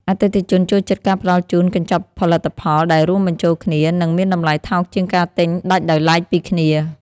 អតិថិជនចូលចិត្តការផ្តល់ជូនកញ្ចប់ផលិតផលដែលរួមបញ្ចូលគ្នា និងមានតម្លៃថោកជាងការទិញដាច់ដោយឡែកពីគ្នា។